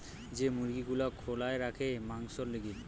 যে মুরগি গুলা খোলায় রাখে মাংসোর লিগে